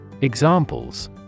Examples